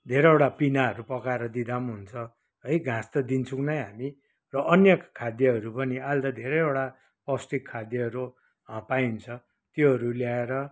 धेरैवटा पिनाहरू पकाएर दिँदा पनि हुन्छ है घाँस त दिन्छौँ नै हामी र अन्य खाद्यहरू पनि अहिले त धेरैवटा पौष्टिक खाद्यहरू पाइन्छ त्योहरू ल्याएर